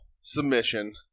submission